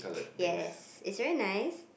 yes it's very nice